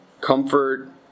comfort